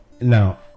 Now